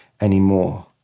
anymore